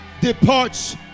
Departs